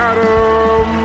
Adam